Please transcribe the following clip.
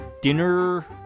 dinner